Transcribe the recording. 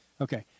Okay